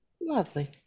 Lovely